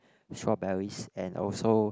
strawberries and also